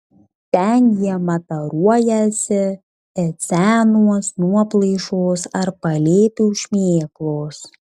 ten jie mataruojasi it senos nuoplaišos ar palėpių šmėklos